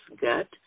gut